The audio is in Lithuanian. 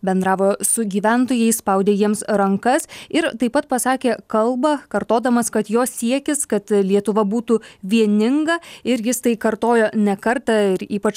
bendravo su gyventojais spaudė jiems rankas ir taip pat pasakė kalbą kartodamas kad jo siekis kad lietuva būtų vieninga ir jis tai kartojo ne kartą ir ypač